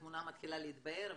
התמונה מתחילה להתבהר,